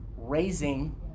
raising